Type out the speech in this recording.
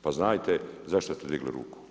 Pa znajte zašto ste digli ruku.